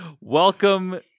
Welcome